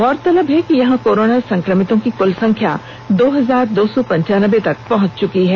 गौरतलब है कि यहां कोरोना संक्रमितों की कुल संख्या दो हजार दो सौ पंचान्यबे तक पहुंच चुकी है